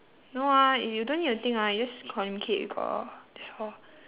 no ah is you don't need to think ah you just communicate with god lor that's all